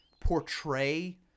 portray